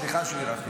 סליחה שהארכתי.